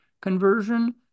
conversion